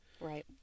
Right